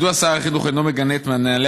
מדוע שר החינוך אינו מגנה את מנהלי